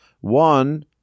One